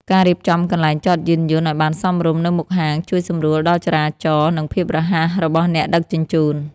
ការរៀបចំកន្លែងចតយានយន្តឱ្យបានសមរម្យនៅមុខហាងជួយសម្រួលដល់ចរាចរណ៍ និងភាពរហ័សរបស់អ្នកដឹកជញ្ជូន។